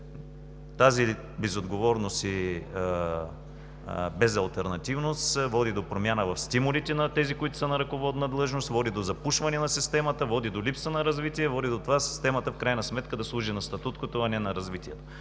Тази безотговорност и безалтернативност води до промяна в стимулите на тези, които са на ръководна длъжност, води до запушване на системата, води до липса на развитие, води до това системата в крайна сметка да служи на статуквото, а не на развитието.